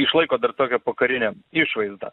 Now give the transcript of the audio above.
išlaiko dar tokią pokarinę išvaizdą